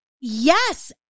yes